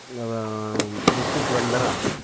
district ಬಂದ್ರೆ